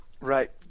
Right